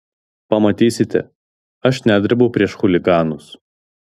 pamatysite aš nedrebu prieš chuliganus